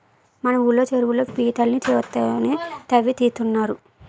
మన ఊళ్ళో చెరువుల్లో పీతల్ని చేత్తోనే తవ్వి తీస్తున్నారు